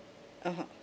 (uh huh)